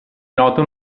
nota